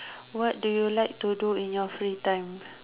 what do you like to do in your free time